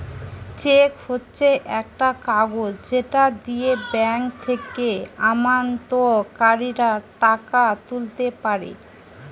check হচ্ছে একটা কাগজ যেটা দিয়ে ব্যাংক থেকে আমানতকারীরা টাকা তুলতে পারে